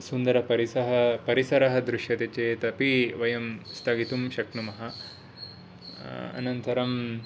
सुन्दरपरिसः परिसरः दृश्यते चेत् अपि वयं स्थगितुं शक्नुमः अनन्तरम्